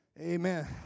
Amen